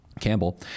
Campbell